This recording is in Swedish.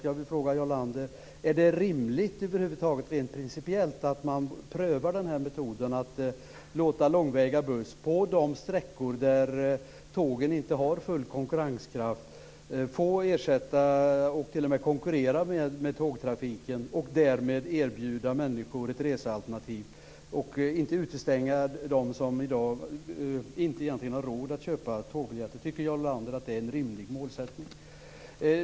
Jag vill fråga Jarl Lander: Är det rimligt över huvud taget rent principiellt att på de sträckor där tågen inte har full konkurrenskraft pröva metoden att låta långväga buss få ersätta och t.o.m. konkurrera med tågtrafiken och därmed erbjuda människor ett resealternativ och inte utestänga dem som i dag inte har råd att köpa tågbiljetter? Tycker Jarl Lander att det är en rimlig målsättning?